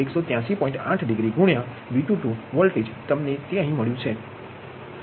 8 degree ગુણ્યા V22 voltage તમને તે અહીં મળ્યું છે 0